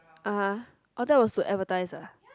ah orh that was to advertise ah